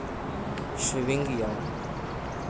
Swiggy और